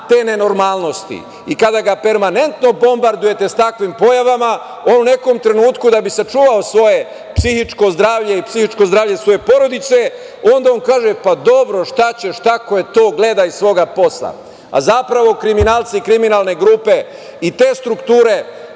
te nenormalnosti i, kada ga permanentno bombardujete sa takvim pojavama, on u nekom trenutku da bi sačuvao svoje psihičko zdravlje i psihičko zdravlje svoje porodice kaže - pa, dobro, šta ćeš, tako je to, gledaj svoga posla. Zapravo, kriminalci i kriminalne grupe i te strukture